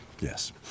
yes